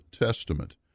Testament